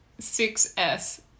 6s